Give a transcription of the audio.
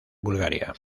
bulgaria